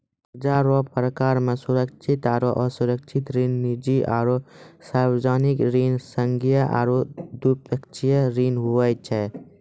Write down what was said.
कर्जा रो परकार मे सुरक्षित आरो असुरक्षित ऋण, निजी आरो सार्बजनिक ऋण, संघीय आरू द्विपक्षीय ऋण हुवै छै